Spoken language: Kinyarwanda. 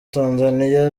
tanzania